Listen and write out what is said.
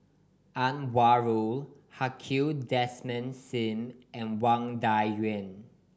Anwarul Haque Desmond Sim and Wang Dayuan